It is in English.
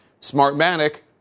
Smartmatic